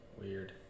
Weird